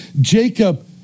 Jacob